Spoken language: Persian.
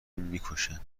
میکشن